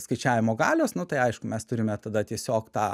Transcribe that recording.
skaičiavimo galios nu tai aišku mes turime tada tiesiog tą